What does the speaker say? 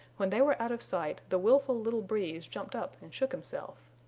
when they were out of sight the willful little breeze jumped up and shook himself.